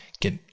get